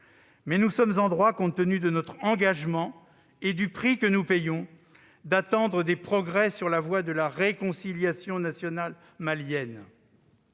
Mais nous sommes en droit, compte tenu de notre engagement et du prix que nous payons, d'attendre des progrès sur la voie de la réconciliation nationale malienne.